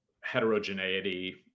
heterogeneity